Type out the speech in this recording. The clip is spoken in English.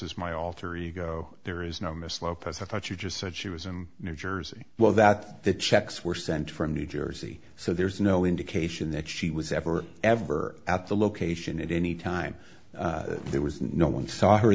is my alter ego there is no miss lopez i thought you just said she was in new jersey well that the checks were sent from new jersey so there's no indication that she was ever ever at the location at any time there was no one saw her